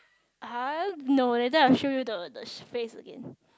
!huh! no later I show you the the face again